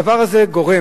הדבר הזה גורם,